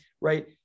right